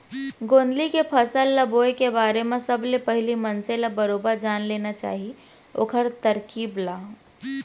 गोंदली के फसल ल बोए के बारे म सबले पहिली मनसे ल बरोबर जान लेना चाही ओखर तरकीब ल